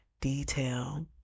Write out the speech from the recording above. detail